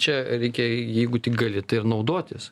čia reikia jeigu tik gali tai ir naudotis